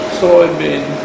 soybean